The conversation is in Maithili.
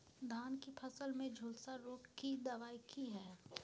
धान की फसल में झुलसा रोग की दबाय की हय?